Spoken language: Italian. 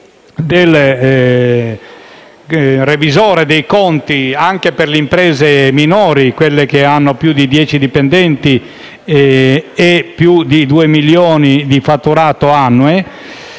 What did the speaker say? del revisore dei conti anche per le imprese minori, quelle che hanno più di dieci dipendenti e più di 2 milioni di fatturato annuo,